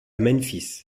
memphis